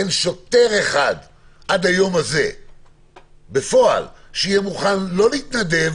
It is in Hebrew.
אין שוטר אחד עד היום הזה בפועל שיהיה מוכן לא להתנדב,